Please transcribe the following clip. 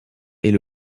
est